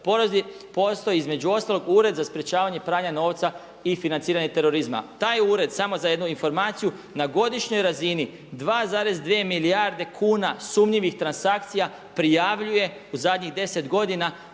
Postoji između ostalog Ured za sprječavanje pranja novca i financiranje terorizma. Taj ured samo za jednu informaciju na godišnjoj razini 2,2 milijarde kuna sumnjivih transakcija prijavljuje u zadnjih 10 godina